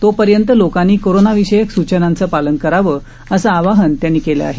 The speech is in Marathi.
तो पर्यंत लोकांनी कोरोना विषयक सुचनांचं पालन करावं असं आावहन त्यांनी केलं आहे